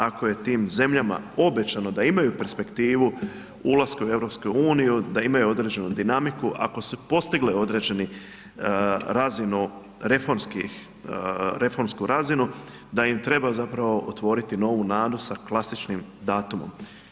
Ako je tim zemljama obećano da imaju perspektivu ulaska u EU da imaju određenu dinamiku, ako su postigle određeni razinu reformsku razinu, da im treba zapravo otvoriti novu .../nerazumljivo/... sa klasičnim datumom.